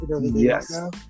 Yes